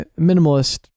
minimalist